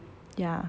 ya